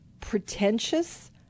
pretentious